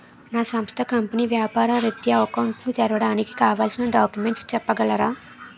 నా సంస్థ కంపెనీ వ్యాపార రిత్య అకౌంట్ ను తెరవడానికి కావాల్సిన డాక్యుమెంట్స్ చెప్పగలరా?